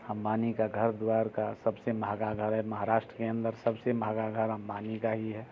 अम्बानी का घर दुआर का सबसे महंगा घर है महाराष्ट्र के अन्दर सबसे महंगा घर अम्बानी का ही है